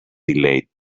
delayed